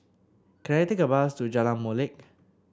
can I take a bus to Jalan Molek